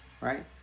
Right